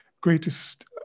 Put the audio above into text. greatest